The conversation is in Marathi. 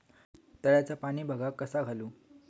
तळ्याचा पाणी बागाक कसा घालू?